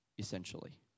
essentially